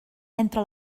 entre